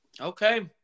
Okay